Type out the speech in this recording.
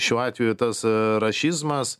šiuo atveju tas rašizmas